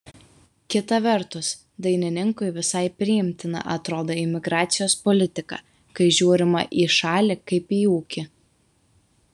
kita vertus dainininkui visai priimtina atrodo imigracijos politika kai žiūrima į šalį kaip į ūkį